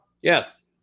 Yes